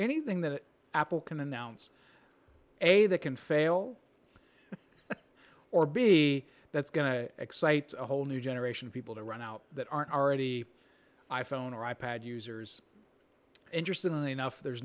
anything that apple can announce a that can fail or be that's going to excite a whole new generation of people to run out that aren't already i phone or i pad users interestingly enough there's